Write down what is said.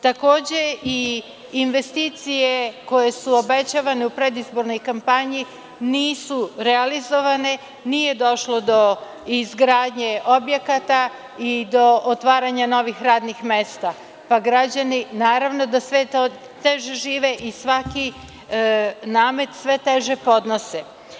Takođe, investicije koje su obećavane u predizbornoj kampanji nisu realizovane, nije došlo do izgradnje objekata i do otvaranja novih radnih mesta, pa građani sve teže žive i svaki namet sve teže podnose.